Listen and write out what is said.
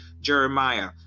jeremiah